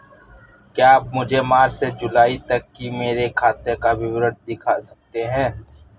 क्या आप मुझे मार्च से जूलाई तक की मेरे खाता का विवरण दिखा सकते हैं?